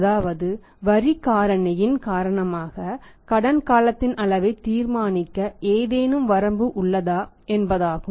அதாவது வரி காரணியின் காரணமாக கடன் காலத்தின் அளவை தீர்மானிக்க ஏதேனும் வரம்பு உள்ளதா என்பதாகும்